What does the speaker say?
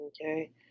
Okay